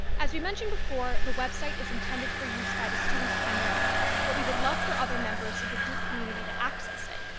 as we mentioned before, the website is intended for use by the students primarily, but we would love for other members of the duke community to access it,